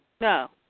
No